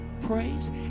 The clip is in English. praise